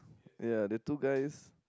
ya the two guys